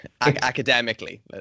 academically